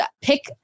pick